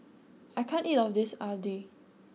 I can't eat all of this Idly